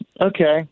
Okay